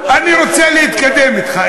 אני רוצה להתקדם אתך.